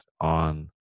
on